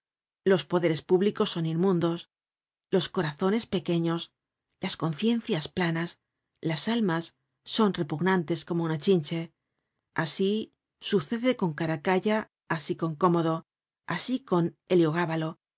los poderes públicos son inmundos los corazones pequeños las conciencias planas las almas son repugnantes como una chinche asi sucede con caracalla asi con cómodo asi con